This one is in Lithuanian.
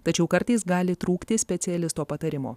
tačiau kartais gali trūkti specialisto patarimo